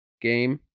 game